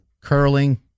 curling